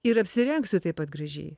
ir apsirengsiu taip pat gražiai